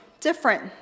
different